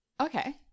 okay